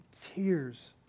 tears